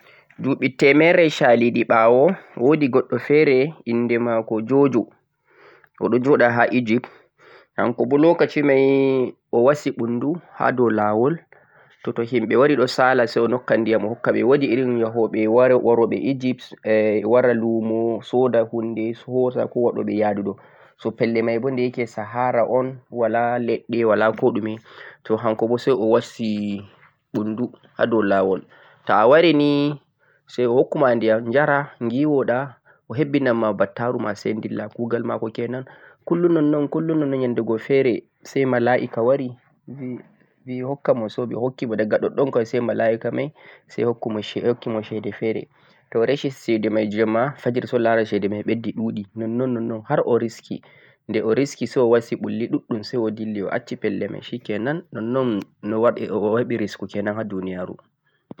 duuɓi teemerre caaliiɗi ɓaawo, woodi goɗɗo feere innde maako jojo, o ɗo joɗa ha Egypt hanko bo lokaci may o wasi ɓunndu ha dow laawol to to himɓe wari ɗo sa la say o nokka ndiyam o hokkaɓe, woodi irin yahoɓe waro ɓe Egypt, wara luumo so da huunde hoosa ko waɗoɓe ya du ɗo. so pelle may boo de ya ke sahara un walaa leɗɗe wa la koɗume to hanko bo say o wasi ɓunndu ha dow laawol to a wari ni say o hokkuma ndiyam jara, giwaɗa, o hebbi nama bataruma say dilla, kuugal maako kenan 'kullum' nonnon 'kullum' nonnon nyannde go feere say malaa'ika wari bi hokka mo say ɓe hokkimo say diga ɗoɗɗon kaway say malaa'ika may say hokki mo ceede ceede feere, to resi ceedemay jeemma say o laara ceedemay ɓeddi ɗuɗi nonnon nonnon har o riski, de o riski say o wasi ɓulli ɗuɗɗum say o dilli o acci pelle may shi kenan, nonnon no o waɗi risku kenan ha duuniyaaru.